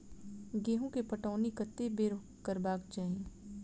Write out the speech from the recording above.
गेंहूँ केँ पटौनी कत्ते बेर करबाक चाहि?